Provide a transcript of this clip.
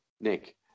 Nick